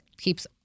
keeps